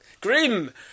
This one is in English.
Grim